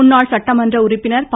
முன்னாள் சட்டமன்ற உறுப்பினர் ப